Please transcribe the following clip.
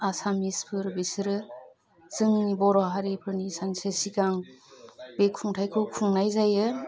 आसामिसफोर बिसोरो जोंनि बर' हारिफोरनि सानसे सिगां बे खुंथाइखौ खुंनाय जायो